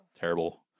Terrible